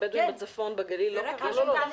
לבדואים בצפון, בגליל, לא קרה?